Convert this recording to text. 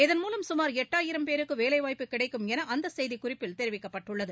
இதன்மூலம் சுமார் எட்டாயிரம் பேருக்கு வேலைவாய்ப்பு கிடைக்கும் என அந்த செய்திக்குறிப்பில் தெரிவிக்கப்பட்டுள்ளது